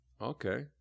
okay